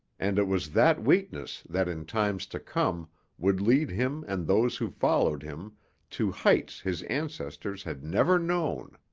and it was that weakness that in times to come would lead him and those who followed him to heights his ancestors had never known.